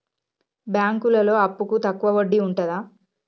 బ్యాంకులలో అప్పుకు తక్కువ వడ్డీ ఉంటదా?